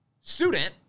student